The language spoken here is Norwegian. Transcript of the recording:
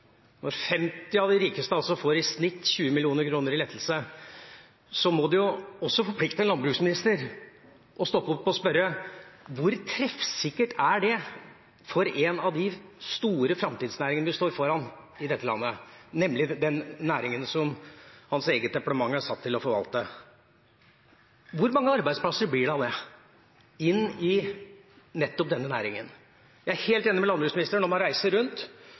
Når 50 av de rikeste i snitt får 20 mill. kr i lettelse, må det forplikte en landbruksminister som må stoppe opp og spørre: Hvor treffsikkert er det for en av de store framtidsnæringene vi har i dette landet, nemlig den næringen som hans eget departement er satt til å forvalte? Hvor mange arbeidsplasser blir det av det i denne næringen? Jeg er helt enig med landbruksministeren i at når man reiser rundt, er det ikke sutring, men det er først og fremst krav om